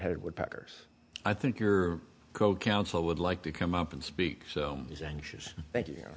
headed woodpeckers i think your co counsel would like to come up and speak so he's anxious thank you